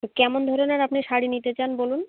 তো কেমন ধরনের আপনি শাড়ি নিতে চান বলুন